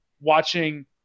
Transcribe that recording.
watching